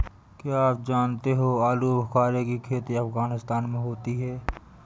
क्या आप जानते हो आलूबुखारे की खेती अफगानिस्तान में होती है